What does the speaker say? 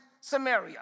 Samaria